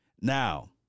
Now